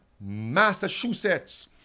Massachusetts